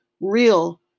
real